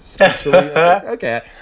Okay